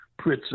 pritzer